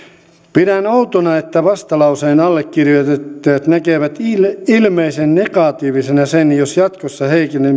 pidän outona että vastalauseen allekirjoittajat näkevät ilmeisen negatiivisena sen jos jatkossa